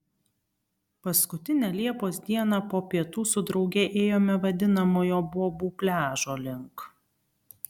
paskutinę liepos dieną po pietų su drauge ėjome vadinamojo bobų pliažo link